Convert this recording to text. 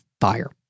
fire